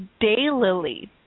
Daylily